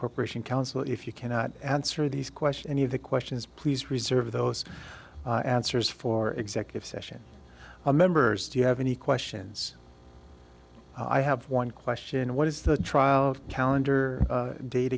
corporations counsel if you cannot answer these questions and if the questions please reserve those answers for executive session are members do you have any questions i have one question what is the trial calendar date